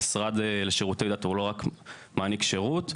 המשרד לשירותי דת הוא לא רק מעניק שירות,